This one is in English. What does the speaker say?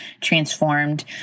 transformed